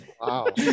wow